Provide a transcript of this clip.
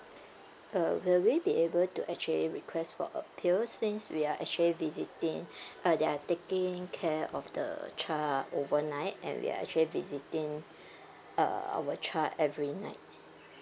uh will we be able to actually request for appeal since we are actually visiting uh they are taking care of the child overnight and we are actually visiting uh our child every night